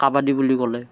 কাবাডী বুলি ক'লে